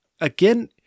Again